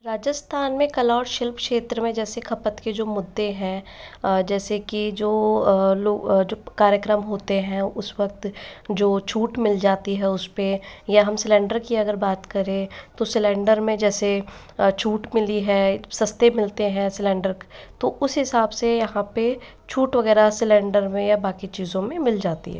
राजस्थान में कला और शिल्प क्षेत्र में जैसे खपत के जो मुद्दे हैं जैसे की जो लो जो कार्यक्रम होते हैं उस वक़्त जो छूट मिल जाती हैं उस पर या हम सिलेंडर की अगर बात करें तो सिलेंडर में जैसे छूट मिली है सस्ते मिलते हैं सिलेंडर तो उस हिसाब से यहाँ पर छूट वगैरह सिलेंडर में या बाकी चीज़ों में मिल जाती है